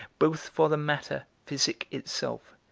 both for the matter, physic itself,